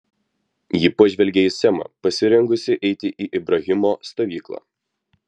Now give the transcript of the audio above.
ji pažvelgė į semą pasirengusį eiti į ibrahimo stovyklą